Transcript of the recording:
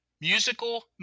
Musical